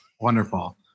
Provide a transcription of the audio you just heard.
Wonderful